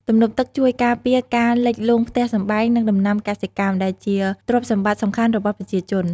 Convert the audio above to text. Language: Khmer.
ទំនប់ទឹកជួយការពារការលិចលង់ផ្ទះសម្បែង និងដំណាំកសិកម្ម ដែលជាទ្រព្យសម្បត្តិសំខាន់របស់ប្រជាជន។